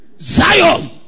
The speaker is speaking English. Zion